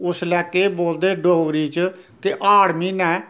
उसलै केह् बोलदे डोगरी च के हाड़ म्हीनै